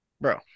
Bro